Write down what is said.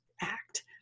act